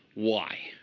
why?